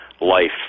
life